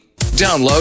Download